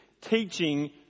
teaching